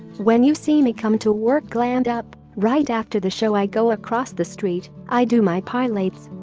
when you see me come to work glammed up, right after the show i go across the street, i do my pilates